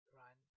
run